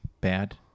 bad